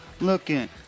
Looking